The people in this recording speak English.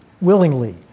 willingly